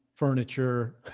furniture